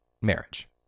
marriage